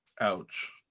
ouch